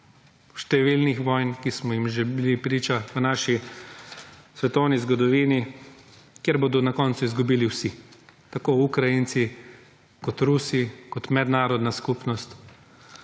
številnih vojn, ki smo jim bili že priča v naši svetovni zgodovini, kjer bodo na koncu izgubili vsi, tako Ukrajinci kot Rusi, kot mednarodna skupnost.